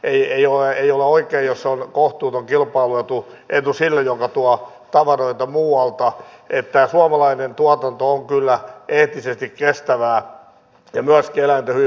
ei ole oikein jos on kohtuuton kilpailuetu sille joka tuo tavaroita muualta koska suomalainen tuotanto on eettisesti kestävää ja myöskin eläinten hyvinvoinnista huolehditaan